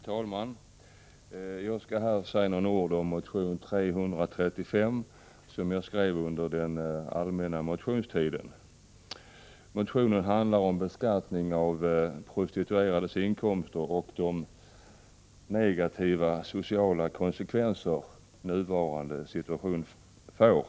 Herr talman! Jag skall här säga några ord om motion 335, som jag skrev under den allmänna motionstiden. Motionen handlar om beskattning av prostituerades inkomster och de negativa sociala konsekvenser nuvarande situation får.